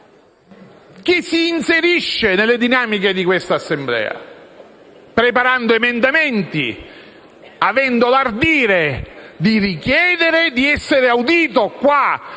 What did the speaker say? che si inserisce nelle dinamiche di questa Assemblea, preparando emendamenti e avendo l'ardire di richiedere di essere audito qui,